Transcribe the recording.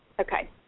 Okay